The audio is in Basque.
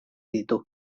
ditu